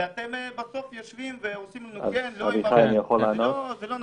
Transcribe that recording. ובסוף אתם עושים לנו כן ולא עם הראש זה לא נכון.